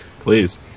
Please